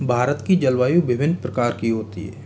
भारत की जलवायु विभिन्न प्रकार की होती है